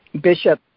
bishop